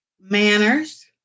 Manners